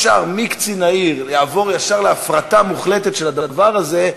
ישר מקצין העיר להפרטה מוחלטת של הדבר הזה,